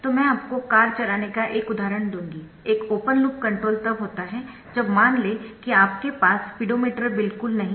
तो मैं आपको कार चलाने का एक उदाहरण दूंगी एक ओपन लूप कंट्रोल तब होता है जब मान लें कि आपके पास स्पीडोमीटर बिल्कुल नहीं है